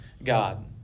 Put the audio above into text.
God